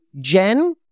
Jen